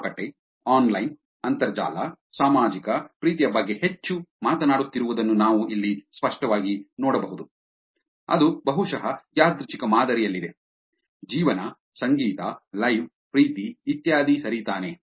ಮಾರುಕಟ್ಟೆ ಆನ್ಲೈನ್ ಅಂತರ್ಜಾಲ ಸಾಮಾಜಿಕ ಪ್ರೀತಿಯ ಬಗ್ಗೆ ಹೆಚ್ಚು ಮಾತನಾಡುತ್ತಿರುವುದನ್ನು ನೀವು ಇಲ್ಲಿ ಸ್ಪಷ್ಟವಾಗಿ ನೋಡಬಹುದು ಅದು ಬಹುಶಃ ಯಾದೃಚ್ಛಿಕ ಮಾದರಿಯಲ್ಲಿದೆ ಜೀವನ ಸಂಗೀತ ಲೈವ್ ಪ್ರೀತಿ ಇತ್ಯಾದಿ ಸರಿ ತಾನೇ